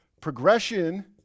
progression